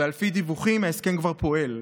ועל פי דיווחים ההסכם כבר פועל.